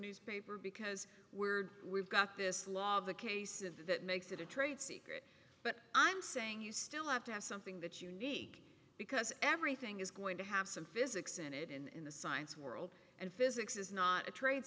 newspaper because we're we've got this law of the case that makes it a trade secret but i'm saying you still have to have something that's unique because everything is going to have some physics in it in the science world and physics is not a trade